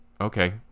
okay